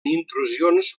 intrusions